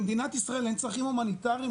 למדינת ישראל אין צרכים הומניטריים?